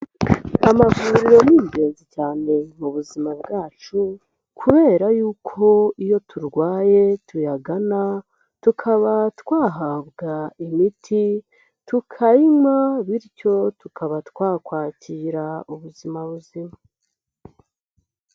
Amavuriro ni ingenzi cyane mu buzima bwacu, kubera y'uko iyo turwaye tuyagana, tukaba twahabwa imiti, tukayinywa, bityo tukaba twakwakira ubuzima buzima.